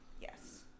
yes